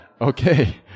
Okay